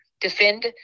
defend